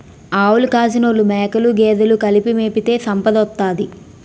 ఆవులు కాసినోలు మేకలు గేదెలు కలిపి మేపితే సంపదోత్తది